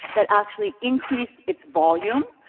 that actually increase its volume,